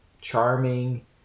charming